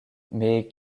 mais